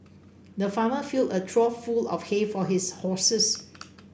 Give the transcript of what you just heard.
the farmer filled a trough full of hay for his horses